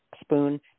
spoon